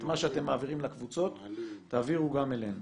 את מה שאתם מעבירים לקבוצות, תעבירו גם אלינו.